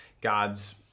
God's